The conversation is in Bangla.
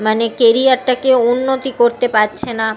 মানে কেরিয়ারটাকে উন্নত করতে পারছে না